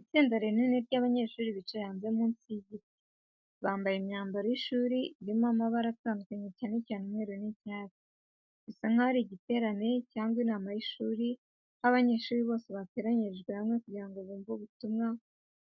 Itsinda rinini ry’abanyeshuri bicaye hanze munsi y’ibiti. Bambaye imyambaro y’ishuri irimo amabara atandukanye cyane cyane umweru n’icyatsi. Bisa nkaho ari igiterane cyangwa inama y’ishuri, aho abanyeshuri bose bateranyirijwe hamwe kugira ngo bumve ubutumwa,